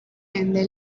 ende